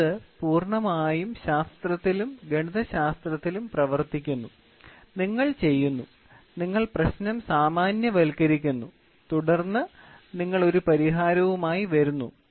അടുത്തത് പൂർണ്ണമായും ശാസ്ത്രത്തിലും ഗണിതശാസ്ത്രത്തിലും പ്രവർത്തിക്കുന്നു നിങ്ങൾ ചെയ്യുന്നു നിങ്ങൾ പ്രശ്നം സാമാന്യവൽക്കരിക്കുന്നു തുടർന്ന് നിങ്ങൾ ഒരു പരിഹാരവുമായി വരുന്നു